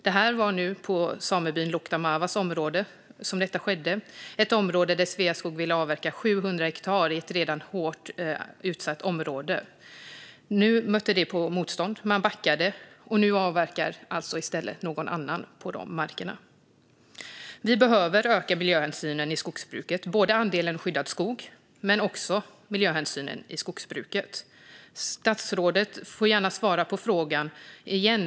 Detta skedde på samebyn Loukta-Mávas mark, där Sveaskog ville avverka 700 hektar i ett redan hårt avverkat område. Det mötte motstånd, och man backade. Men nu avverkar alltså någon annan på de markerna. Vi behöver öka andelen skyddad skog men också miljöhänsynen i skogsbruket. Statsrådet får gärna svara på frågan igen.